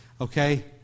Okay